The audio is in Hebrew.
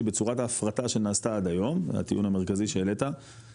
בצורת ההפרטה שנעשתה עד היום זה הטיעון המרכזי שהעלית,